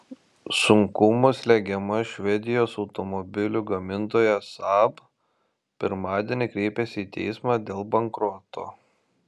sunkumų slegiama švedijos automobilių gamintoja saab pirmadienį kreipėsi į teismą dėl bankroto